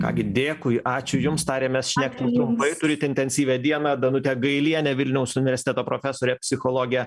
ką gi dėkui ačiū jums tarėmės šnektelt trumpai turit intensyvią dieną danutė gailienė vilniaus universiteto profesorė psichologė